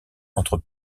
entre